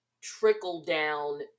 trickle-down